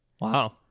Wow